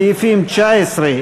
סעיפים 19,